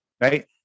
right